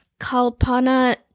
Kalpana